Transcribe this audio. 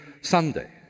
Sunday